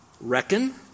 reckon